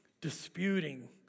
disputing